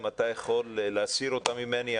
אם אתה יכול להסיר אותה ממני,